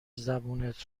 زبونت